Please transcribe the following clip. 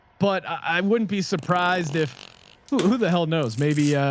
but i wouldn't be surprised if who who the hell knows maybe.